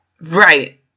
right